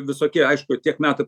visokie aišku tiek metų